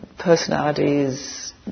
personalities